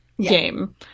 game